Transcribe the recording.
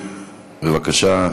בבקשה,